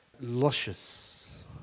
luscious